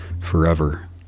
forever